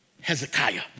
Hezekiah